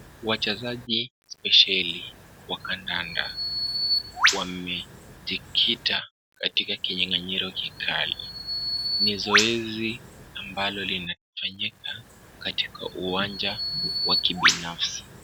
Wachezaji spesheli wa kandanda wamejikita katika kinyanganyiro kikali. Ni zoezi ambalo linafanyika katika uwanja wa kibinafsi.